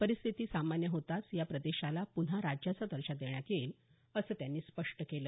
परिस्थिती सामान्य होताच या प्रदेशाला पुन्हा राज्याचा दर्जा देण्यात येईल असं त्यांनी स्पष्ट केलं